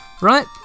Right